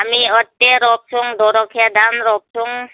हामी अट्टे रोप्छौँ दोरोखे धान रोप्छौँ